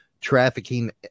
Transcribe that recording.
trafficking